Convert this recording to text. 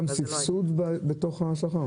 סבסוד בשכר?